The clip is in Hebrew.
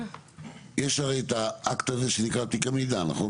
יש את האקט הזה שנקרא תיקי מידע, נכון?